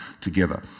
together